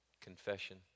confession